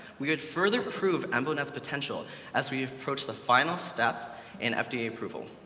we would further prove embonet's potential as we approach the final step in fda approval,